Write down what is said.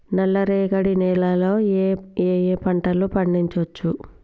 నల్లరేగడి నేల లో ఏ ఏ పంట లు పండించచ్చు?